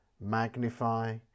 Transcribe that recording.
Magnify